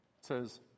says